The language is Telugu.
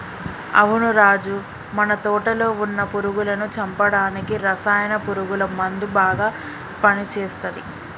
అవును రాజు మన తోటలో వున్న పురుగులను చంపడానికి రసాయన పురుగుల మందు బాగా పని చేస్తది